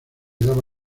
daba